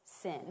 sin